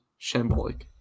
shambolic